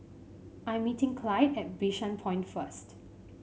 I am meeting Clyde at Bishan Point first